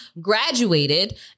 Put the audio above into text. graduated